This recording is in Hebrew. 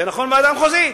זה נכון בוועדה המחוזית,